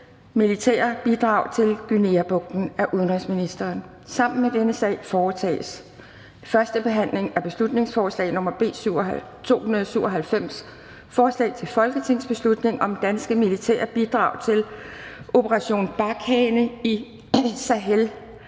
militære bidrag til Guineabugten. Af udenrigsministeren (Jeppe Kofod). (Fremsættelse 16.04.2021). 3) 1. behandling af beslutningsforslag nr. B 297: Forslag til folketingsbeslutning om danske militære bidrag til Operation Barkhane i